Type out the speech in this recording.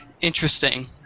Interesting